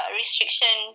restriction